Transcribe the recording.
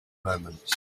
moments